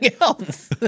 else